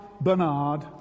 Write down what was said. Bernard